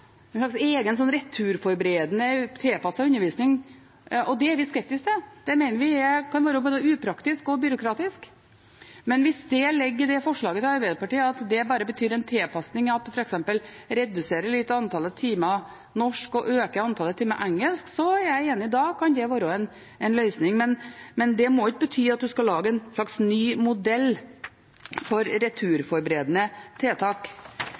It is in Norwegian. en slags egen returforberedende tilpasset undervisning, og det er vi skeptiske til. Det mener vi kan være både upraktisk og byråkratisk. Men hvis forslaget til Arbeiderpartiet bare betyr en tilpasning, f.eks. at man reduserer litt på antallet timer norsk og øker antallet timer engelsk, så er jeg enig. Da kan det være en løsning. Men det må ikke bety at man skal lage en slags ny modell for returforberedende tiltak.